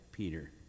Peter